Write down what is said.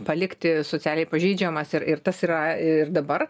palikti socialiai pažeidžiamas ir ir tas yra ir dabar